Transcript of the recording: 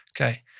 okay